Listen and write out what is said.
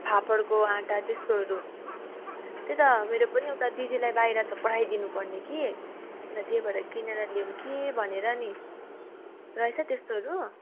फापरको आँटा त्यस्तोहरू त्यही त मेरो पनि उता दिदीलाई बाहिर छ पठाइदिनु पर्ने कि अन्त त्यही भएर किनेर ल्याउँ कि भनेर नि रहेछ त्यस्तोहरू